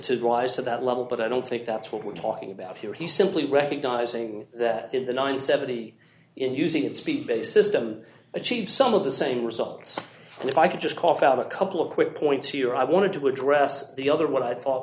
rise to that level but i don't think that's what we're talking about here he simply recognizing that in the nine seventy in using its speed based system achieve some of the same results and if i could just cough out a couple of quick points here i wanted to address the other what i thought